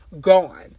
gone